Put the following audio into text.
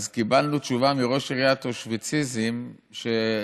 אז קיבלנו תשובה מראש עיריית אושוויציזים שאסור,